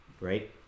Right